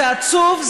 זה עצוב,